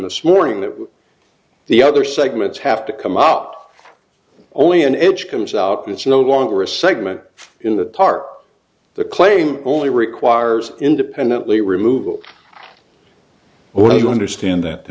this morning that the other segments have to come up only an edge comes out it's no longer a segment in the park the claim only requires independently removal or do you understand that to